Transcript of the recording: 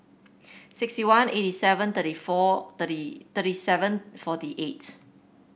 sixty one eighty seven thirty four thirty thirty seven forty eight